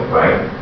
right